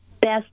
best